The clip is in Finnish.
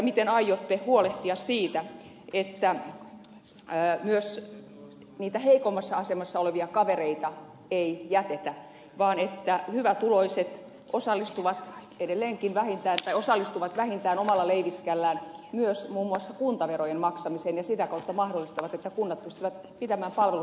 miten aiotte huolehtia siitä että myös niitä heikommassa asemassa olevia kavereita ei jätetä vaan että hyvätuloiset osallistuvat vähintään omalla leiviskällään myös muun muassa kuntaverojen maksamiseen ja sitä kautta mahdollistavat sen että kunnat pystyvät pitämään palvelutehtävästään huolen